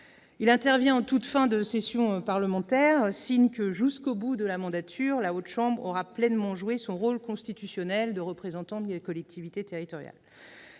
Il intervient en toute fin de session parlementaire, signe que, jusqu'au bout de la législature, la Chambre Haute aura pleinement joué son rôle constitutionnel de représentante des collectivités territoriales.